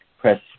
press